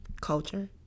Culture